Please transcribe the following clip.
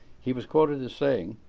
he was quoted as saying,